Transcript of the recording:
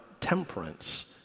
temperance